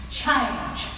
change